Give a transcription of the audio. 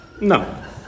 No